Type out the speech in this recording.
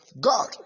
God